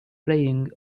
playing